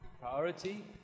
Priority